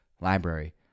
library